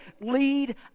lead